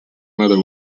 mother